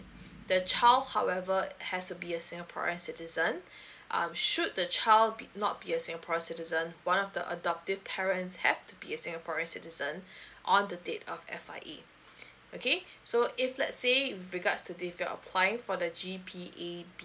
the child however has to be a singaporean citizen um should the child be not be a singapore citizen one of the adoptive parents have to be a singaporean citizen on the date of F_I_A okay so if let's say with regards to leave you're applying for the G_P_A_B